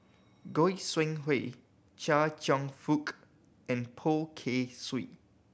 Goi Seng Hui Chia Cheong Fook and Poh Kay Swee